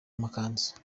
amakanzu